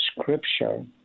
scripture